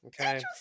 Okay